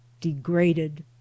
DEGRADED